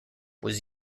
was